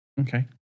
Okay